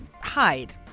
hide